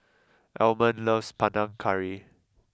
Almon loves Panang Curry